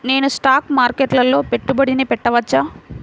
నేను స్టాక్ మార్కెట్లో పెట్టుబడి పెట్టవచ్చా?